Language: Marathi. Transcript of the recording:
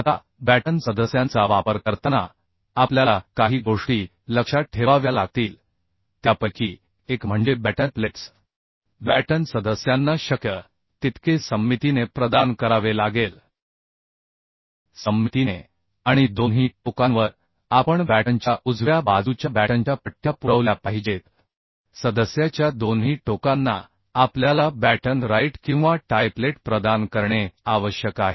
आता बॅटन सदस्यांचा वापर करताना आपल्याला काही गोष्टी लक्षात ठेवाव्या लागतील त्यापैकी एक म्हणजे बॅटन प्लेट्स बॅटन सदस्यांना शक्य तितके सममितीने प्रदान करावे लागेल सममितीने आणि दोन्ही टोकांवर आपण बॅटनच्या उजव्या बाजूच्या बॅटनच्या पट्ट्या पुरवल्या पाहिजेत सदस्याच्या दोन्ही टोकांना आपल्याला बॅटन राईट किंवा टायपलेट प्रदान करणे आवश्यक आहे